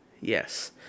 Yes